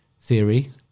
theory